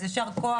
אז יישר כוח.